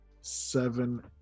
seven